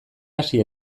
hasi